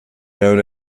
known